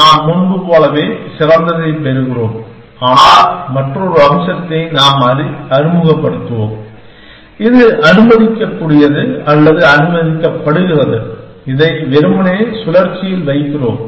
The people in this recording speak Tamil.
நாம் முன்பு போலவே சிறந்ததைப் பெறுகிறோம் ஆனால் மற்றொரு அம்சத்தை நாம் அறிமுகப்படுத்துவோம் இது அனுமதிக்கக்கூடியது அல்லது அனுமதிக்கப்படுகிறது இதை வெறுமனே சுழற்சியில் வைக்கிறோம்